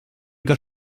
got